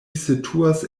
situas